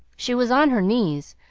she was on her knees,